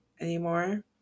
anymore